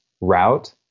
route